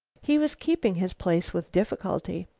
he was keeping his place with difficulty.